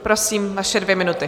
Prosím, vaše dvě minuty.